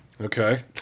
Okay